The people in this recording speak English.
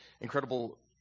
incredible